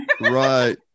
Right